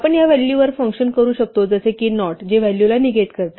आपण या व्हॅलूवर फंक्शन्स करू शकतो जसे की नॉट जे व्हॅल्यूला निगेट करते